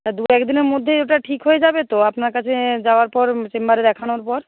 তা দু এক দিনের মধ্যেই ওটা ঠিক হয়ে যাবে তো আপনার কাছে যাওয়ার পর চেম্বারে দেখানোর পর